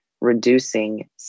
reducing